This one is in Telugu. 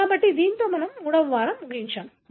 కాబట్టి దానితో మనము మూడవ వారం ముగించాము